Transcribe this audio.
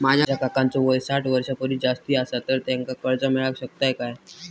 माझ्या काकांचो वय साठ वर्षां परिस जास्त आसा तर त्यांका कर्जा मेळाक शकतय काय?